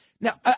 Now